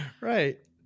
Right